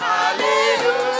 Hallelujah